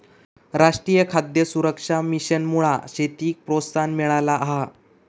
राष्ट्रीय खाद्य सुरक्षा मिशनमुळा शेतीक प्रोत्साहन मिळाला हा